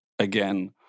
again